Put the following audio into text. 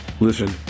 listen